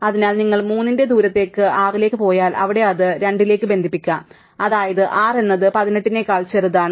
അതിനാൽ നിങ്ങൾ 3 ന്റെ ദൂരത്തേക്ക് 6 ലേക്ക് പോയാൽ അവിടെ അത് 2 ലേക്ക് ബന്ധിപ്പിക്കാം അതായത് 6 എന്നത് 18 നേക്കാൾ ചെറുതാണ്